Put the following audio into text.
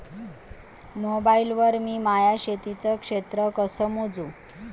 Mobile वर मी माया शेतीचं क्षेत्र कस मोजू?